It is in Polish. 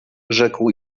rzekł